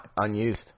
Unused